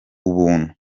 ubuntu